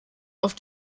auf